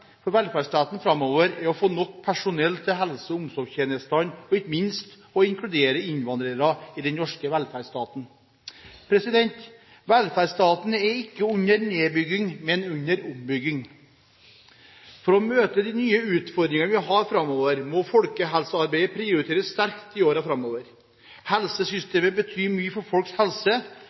for velferdsstaten framover er å få nok personell til helse- og omsorgstjenestene og ikke minst å inkludere innvandrere i den norske velferdsstaten. Velferdsstaten er ikke under nedbygging, men under ombygging. For å møte de nye utfordringene vi har framover, må folkehelsearbeidet prioriteres sterkt i årene framover. Helsesystemet betyr mye for folks helse,